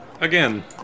Again